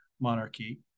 monarchy